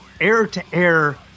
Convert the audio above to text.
air-to-air